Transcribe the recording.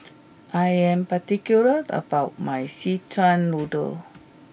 I am particular about my Szechuan Noodle